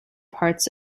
parts